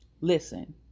Listen